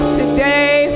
today